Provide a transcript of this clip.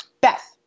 Beth